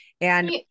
And-